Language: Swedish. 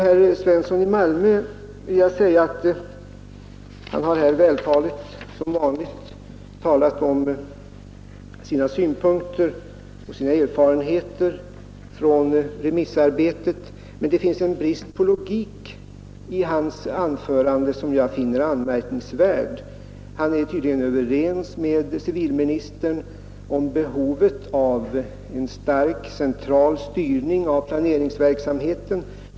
Herr Svensson i Malmö har, vältaligt som vanligt, talat om sina synpunkter och sina erfarenheter från remissarbetet, men det finns en brist på logik i hans anförande som jag finner anmärkningsvärd. Han är tydligen överens med civilministern om behovet av en stark central styrning av planeringsverksamheten.